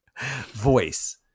voice